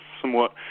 somewhat